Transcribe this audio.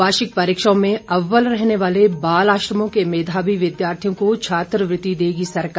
वार्षिक परीक्षाओं में अव्वल रहने वाले बाल आश्रमों के मेघावी विद्यार्थियों को छात्रवृत्ति देगी सरकार